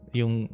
yung